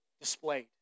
displayed